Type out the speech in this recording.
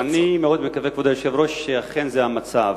אני מאוד מקווה, כבוד היושב-ראש, שאכן זה המצב.